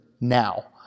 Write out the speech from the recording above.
now